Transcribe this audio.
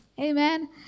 Amen